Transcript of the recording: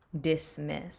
dismiss